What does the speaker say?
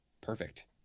perfect